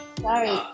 Sorry